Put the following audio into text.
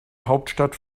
hauptstadt